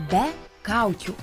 be kaukių